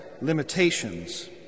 limitations